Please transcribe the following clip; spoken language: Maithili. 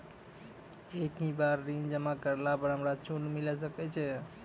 एक ही बार ऋण जमा करला पर हमरा छूट मिले सकय छै?